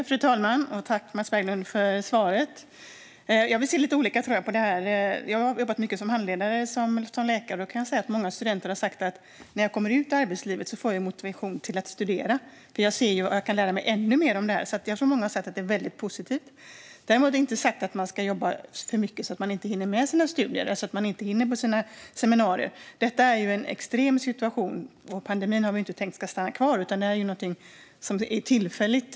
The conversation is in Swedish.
Fru talman! Tack, Mats Berglund, för svaret! Vi ser lite olika på det här. Som läkare har jag jobbat mycket som handledare, och jag kan säga att många studenter har sagt att när de kommer ut i arbetslivet får de motivation till att studera, för de ser vad de kan lära sig ännu mer. Jag tror därför att många har sett det som väldigt positivt. Däremot inte sagt att man ska jobba för mycket så att man inte hinner med sina studier eller inte hinner gå på sina seminarier. Detta är ju en extrem situation. Vi har ju inte tänkt att pandemin ska stanna kvar, utan det här är någonting som är tillfälligt.